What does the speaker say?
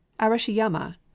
Arashiyama